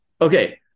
Okay